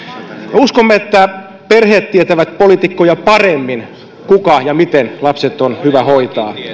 uskomme että perheet tietävät poliitikkoja paremmin kenen ja miten lapset on hyvä hoitaa